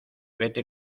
vete